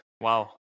Wow